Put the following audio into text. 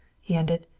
he ended.